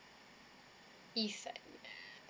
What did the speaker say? if like